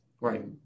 Right